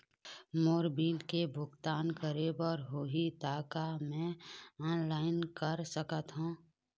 मोर bill के भुगतान करे बर होही ता का मैं ऑनलाइन कर सकथों?